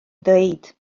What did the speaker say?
ddweud